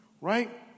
Right